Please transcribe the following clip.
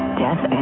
death